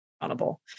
accountable